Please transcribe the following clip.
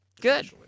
Good